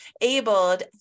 abled